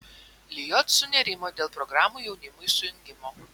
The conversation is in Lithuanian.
lijot sunerimo dėl programų jaunimui sujungimo